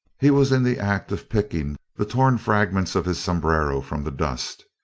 he was in the act of picking the torn fragments of his sombrero from the dust.